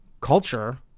culture